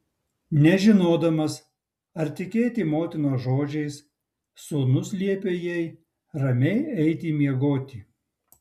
nežinodamas ar tikėti motinos žodžiais sūnus liepė jai ramiai eiti miegoti